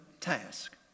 task